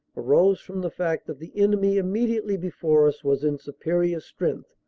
arose from the fact that the enemy immediately before us was in superior strength,